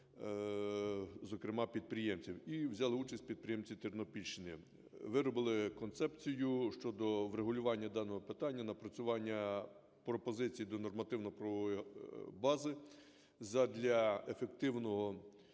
зокрема підприємцям. І взяли участь підприємці Тернопільщини, виробили концепцію щодо врегулювання даного питання, напрацювання пропозицій до нормативно-правової бази задля ефективного…